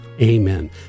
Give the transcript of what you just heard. Amen